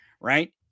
right